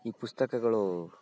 ಈ ಪುಸ್ತಕಗಳು